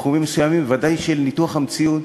בתחומים מסוימים, ודאי של ניתוח המציאות,